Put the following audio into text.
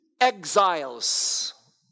exiles